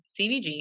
CVG